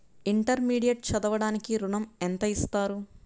Intermediate చదవడానికి ఋణం ఎంత ఇస్తారు?